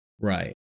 Right